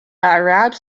arabs